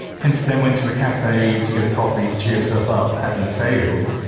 princip then went to a cafe to get a coffee to cheer himself up, having failed,